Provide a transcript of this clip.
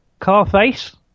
Carface